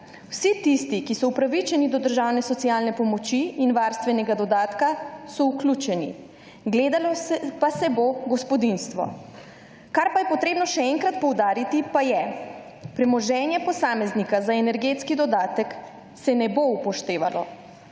Vsi tisti, ki so upravičeni do državne socialne pomoči in varstvenega dodatka so vključeni. Gledalo pa se bo gospodinjstvo. Kar pa je potrebno še enkrat poudariti pa je, premoženje posameznika za energetski dodatek se ne bo upoštevalo.